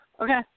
Okay